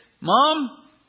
mom